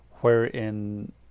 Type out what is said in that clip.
wherein